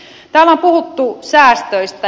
täällä on puhuttu säästöistä